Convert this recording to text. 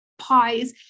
Pies